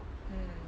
mm